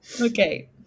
Okay